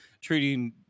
treating